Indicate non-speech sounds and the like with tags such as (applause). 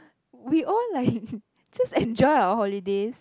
we all like (laughs) just enjoy our holidays